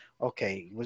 okay